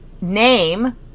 name